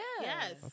Yes